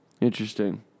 Interesting